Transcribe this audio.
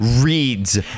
reads